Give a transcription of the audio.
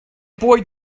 boy